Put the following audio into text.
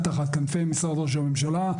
תחת כנפי משרד ראש הממשלה,